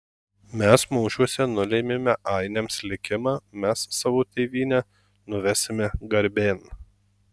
mes mūšiuose nulėmėme ainiams likimą mes savo tėvynę nuvesime garbėn